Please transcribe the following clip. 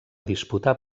disputar